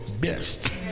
best